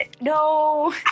No